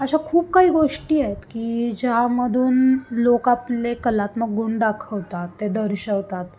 अशा खूप काय गोष्टी आहेत की ज्यामधून लोक आपले कलात्मक गुण दाखवतात ते दर्शवतात